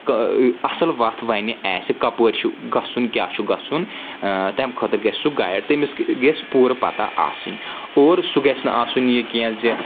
اَصٕل وَتھ وَنہِ آسہِ کپٲرۍ چھُ گژھُن کیاہ چھُ گژھُن تمہِ خٲطرٕ گژھِ سُہ گایڈ تٔمِس گژھِ پوٗرٕ پَتہ آسٕنۍ اور سُہ گژھِ نہٕ آسُن یہِ کینٛہہ زِ